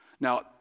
Now